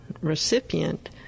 recipient